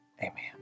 Amen